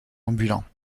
ambulants